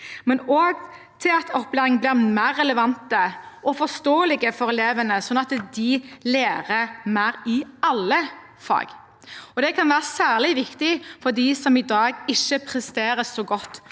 men også til at opplæringen blir mer relevant og forståelig for elevene, slik at de lærer mer i alle fag. Det kan være særlig viktig for dem som i dag ikke presterer så godt